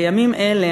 בימים אלה,